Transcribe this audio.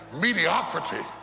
Mediocrity